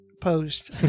post